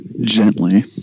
Gently